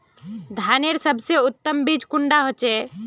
धानेर सबसे उत्तम बीज कुंडा होचए?